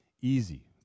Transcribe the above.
easy